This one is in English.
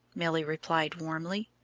milly replied, warmly.